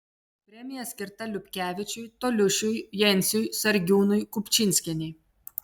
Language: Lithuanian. premija skirta liupkevičiui toliušiui jenciui sargiūnui kupčinskienei